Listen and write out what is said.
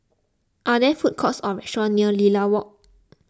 are there food courts or restaurants near Lilac Walk